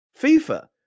FIFA